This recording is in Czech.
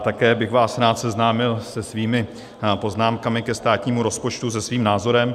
Také bych vás rád seznámil se svými poznámkami ke státnímu rozpočtu, se svým názorem.